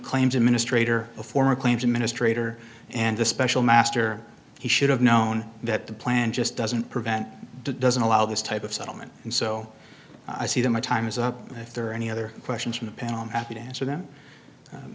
claims administrator a former claims administrator and the special master he should have known that the plan just doesn't prevent doesn't allow this type of settlement and so i see that my time is up if there are any other questions from the panel i'm happy to answer them